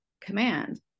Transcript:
command